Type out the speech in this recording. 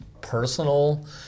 personal